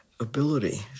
Ability